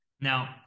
Now